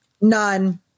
None